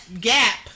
gap